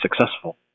successful